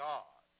God